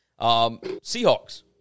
Seahawks